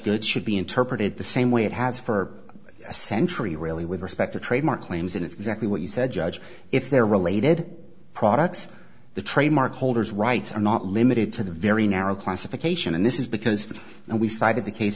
goods should be interpreted the same way it has for a century really with respect to trademark claims and it's exactly what you said judge if they're related products the trademark holders rights are not limited to the very narrow classification and this is because we cited the case